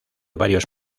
varios